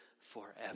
forever